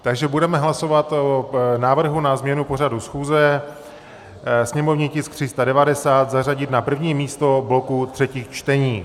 Takže budeme hlasovat o návrhu na změnu pořadu schůze, sněmovní tisk 390 zařadit na první místo bloku třetích čtení.